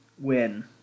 win